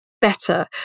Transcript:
better